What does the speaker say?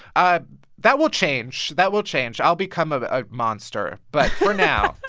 ah that will change. that will change. i'll become a ah monster but for now